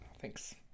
Thanks